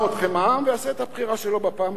ויעשה את הבחירה שלו בפעם הבאה.